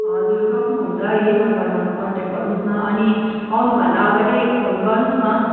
हजुर सक्नुहुन्छ यही नम्बरमा कन्ट्याक्ट गर्नुहोस् न अनि आउनुभन्दा अगाडि फोन गर्नुहोस् न